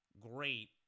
great